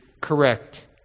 correct